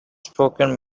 spoken